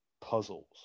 puzzles